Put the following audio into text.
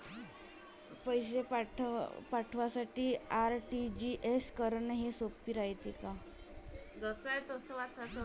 पैसे पाठवासाठी आर.टी.जी.एस करन हेच सोप रायते का?